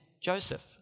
Joseph